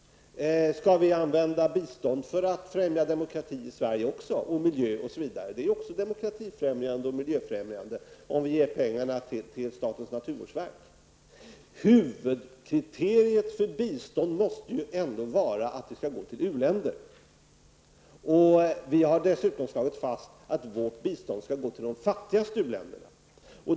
Skall vi använda bistånd för att främja demokrati, miljö osv. även i Sverige? Det är ju också demokratifrämjande och miljöfrämjande om vi ger pengarna till statens naturvårdsverk. Huvudkriteriet för bistånd måste ju ändå vara att det skall gå till u-länder. Vi har dessutom slagit fast att vårt bistånd skall gå till de fattigaste u-länderna.